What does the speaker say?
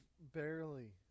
barely